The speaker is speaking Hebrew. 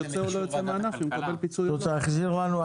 את רוצה להחזיר לנו?